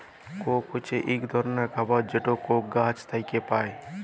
Coke হছে ইক ধরলের খাবার যেটা কোক গাহাচ থ্যাইকে পায়